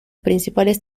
principales